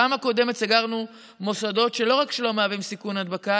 בפעם הקודמת סגרנו מוסדות שלא רק שאינם מהווים סיכון להדבקה